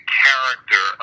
character